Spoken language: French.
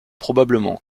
probablement